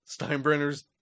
Steinbrenner's